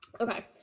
Okay